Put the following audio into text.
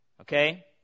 Okay